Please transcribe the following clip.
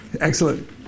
Excellent